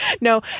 no